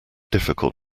difficult